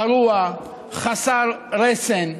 פרוע, חסר רסן,